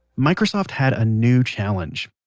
microsoft had a new challenge.